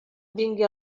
vingui